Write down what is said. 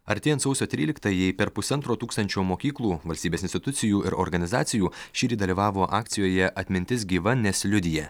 artėjant sausio tryliktajai per pusantro tūkstančio mokyklų valstybės institucijų ir organizacijų šįryt dalyvavo akcijoje atmintis gyva nes liudija